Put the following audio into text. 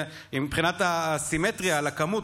מבחינת הסימטריה על הכמות,